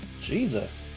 Jesus